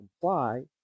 comply